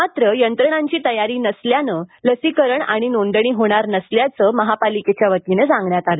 मात्र यंत्रणांची तयारी नसल्यानं लसीकरण आणि नोंदणी होणार नसल्याचं महापालिकेच्या वतीनं सांगण्यात आलं